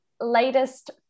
latest